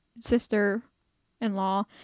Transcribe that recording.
sister-in-law